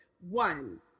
one